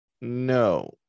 No